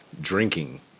drinking